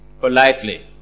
Politely